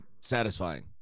satisfying